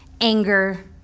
anger